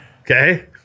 Okay